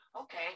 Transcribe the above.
okay